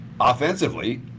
Offensively